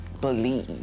believe